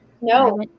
No